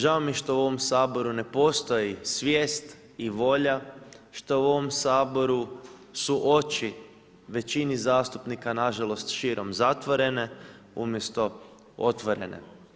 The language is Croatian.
Žao mi je što u ovom Saboru ne postoji svijest i volja, što u ovom Saboru su oči većini zastupnika, nažalost, širom zatvorene, umjesto otvorene.